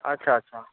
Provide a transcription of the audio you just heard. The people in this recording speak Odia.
ଆଚ୍ଛା ଆଚ୍ଛା